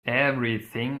everything